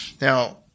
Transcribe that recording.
Now